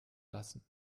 lassen